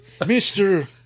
Mr